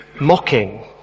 mocking